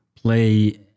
play